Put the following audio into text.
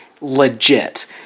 legit